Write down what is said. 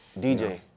DJ